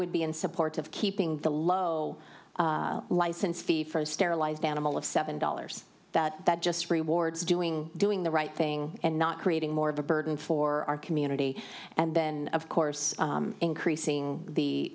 would be in support of keeping the low license fee for sterilized animal of seven dollars that that just rewards doing doing the right thing and not creating more of a burden for our community and then of course increasing the